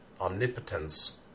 omnipotence